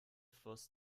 fluss